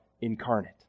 incarnate